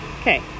Okay